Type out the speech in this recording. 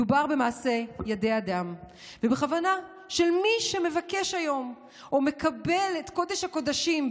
מדובר במעשה ידי אדם ובכוונה של מי שמבקש היום או מקבל את קודש-הקודשים,